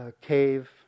cave